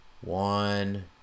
one